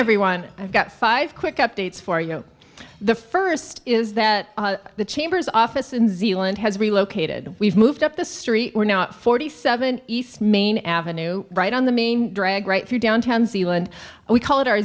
everyone i've got five quick updates for you the first is that the chamber's office in zealand has relocated we've moved up the street we're now at forty seven east main avenue right on the main drag right through downtown zealand we call it our